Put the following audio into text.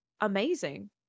amazing